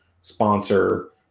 sponsor